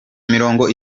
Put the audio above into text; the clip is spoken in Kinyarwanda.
mirongo